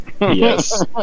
Yes